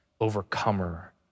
overcomer